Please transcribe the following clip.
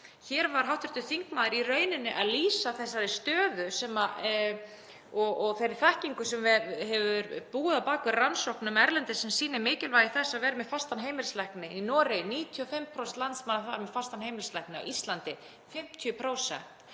Hér var hv. þingmaður í rauninni að lýsa þeirri stöðu og þeirri þekkingu sem býr að baki rannsóknum erlendis sem sýna mikilvægi þess að vera með fastan heimilislækni. Í Noregi eru 95% landsmanna með fastan heimilislækni, á Íslandi 50%.